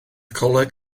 coleg